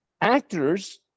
actors